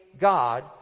God